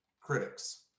critics